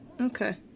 Okay